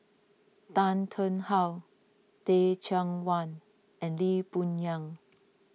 Tan Tarn How Teh Cheang Wan and Lee Boon Yang